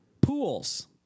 Pools